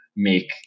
Make